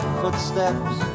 footsteps